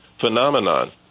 phenomenon